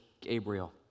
Gabriel